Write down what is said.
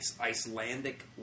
Icelandic